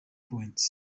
point